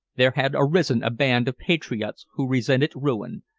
there had arisen a band of patriots who resented ruin,